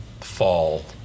fall